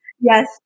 Yes